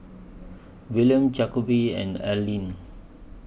Willaim Jacoby and Alleen